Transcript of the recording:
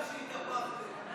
בואו נשמע שהתהפכתם.